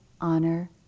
honor